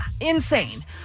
insane